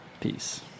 Peace